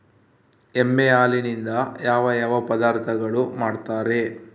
ಎಮ್ಮೆ ಹಾಲಿನಿಂದ ಯಾವ ಯಾವ ಪದಾರ್ಥಗಳು ಮಾಡ್ತಾರೆ?